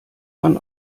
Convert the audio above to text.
man